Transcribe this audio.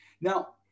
Now